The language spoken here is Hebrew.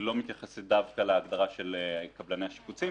לא מתייחסת דווקא להגדרת קבלני השיפוצים,